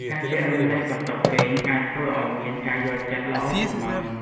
ការចែករំលែកបន្ទប់គេងអាចធ្វើឱ្យមានការយល់ចិត្តល្អជាងមុន។